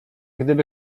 gdyby